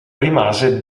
rimase